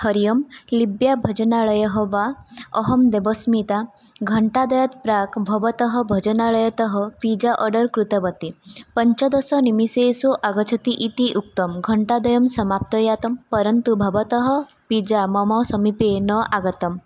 हरिः ओं लिब्याभोजनलयः वा अहं देवस्मिता घण्टाद्वयात् प्राक् भवतः भोजनालयतः पीज़ा आर्डर् कृतवती पञ्चदशनिमिषेषु आगच्छति इति उक्तं घण्टाद्वयं समाप्तं जातम् परन्तु भवतः पिज़्ज़ा मम समीपे न आगतम्